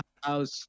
house